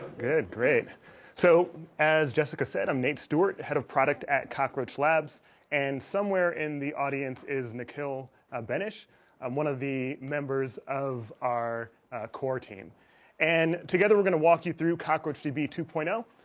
good great so as jessica said i'm nate stewart head of product at cockroach labs and somewhere in the audience is nikhil ah benesch i'm one of the members of our core team and together we're going to walk you through cockroach tb two point ah